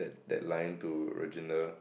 that line to